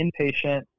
inpatient